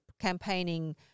campaigning